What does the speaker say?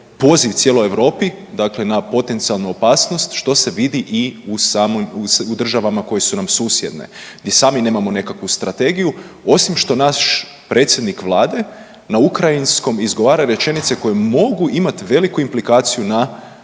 poziv cijeloj Europi dakle na potencijalnu opasnost što se vidi i u državama koje su nam susjedne gdje sami nemamo nekakvu strategiju, osim što naš predsjednik Vlade na ukrajinskom izgovara rečenice koje mogu imati veliku implikaciju na